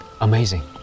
amazing